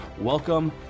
welcome